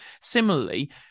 Similarly